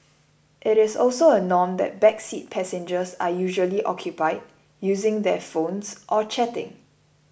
it is also a norm that back seat passengers are usually occupied using their phones or chatting